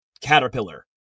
caterpillar